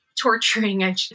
torturing